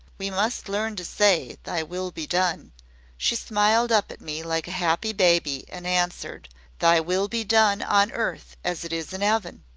we must learn to say, thy will be done she smiled up at me like a happy baby and answered thy will be done on earth as it is in eaven.